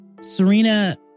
Serena